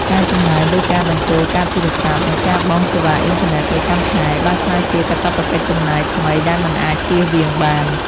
ការចំណាយលើការបញ្ចូលកាតទូរស័ព្ទ និងការបង់សេវាអ៊ីនធឺណិតប្រចាំខែបានក្លាយជាកាតព្វកិច្ចចំណាយថ្មីដែលមិនអាចជៀសវាងបាន។